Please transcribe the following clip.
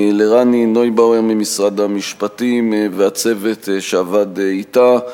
לרני נויבואר ממשרד המשפטים והצוות שעבד אתה,